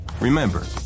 Remember